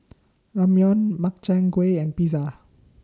Ramyeon Makchang Gui and Pizza